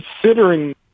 considering